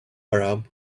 arab